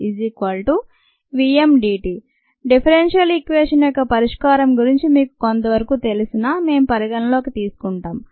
KmSSdSvmdt differential equation యొక్క పరిష్కారం గురించి మీకు కొంతవరకు తెలిసినా మేం పరిగణనలోకి తీసుకొంటాము